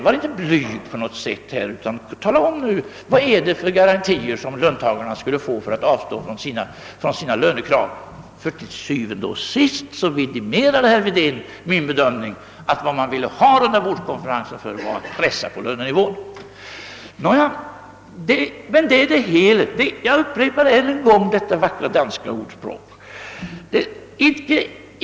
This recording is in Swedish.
Var inte blyg, herr Wedén, utan tala om för oss vad det är för garantier som löntagarna skulle få för att avstå från sina lönekrav. Til syvende og sidst vidimerade herr Wedén min bedömning, att vad man vill ha rundabordskonferensen till är för att pressa lönenivån. Det er det hele, jag upprepar ännu en gång detta vackra danska ordspråk.